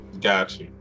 Gotcha